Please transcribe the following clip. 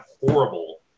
horrible